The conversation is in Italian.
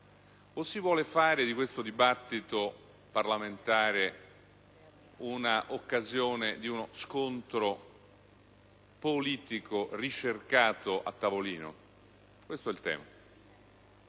si vuole fare di questo dibattito parlamentare l'occasione per uno scontro politico ricercato a tavolino? Questo è il tema.